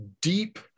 deep